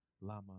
lama